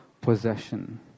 possession